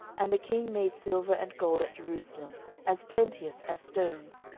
and the king made silver and gold at jerusalem as plenteous as stones,